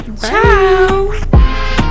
ciao